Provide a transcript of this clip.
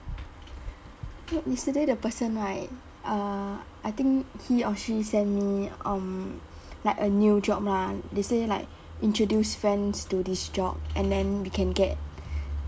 yesterday the person right uh I think he or she sent me um like a new job lah they say like introduce friends to this job and then we can get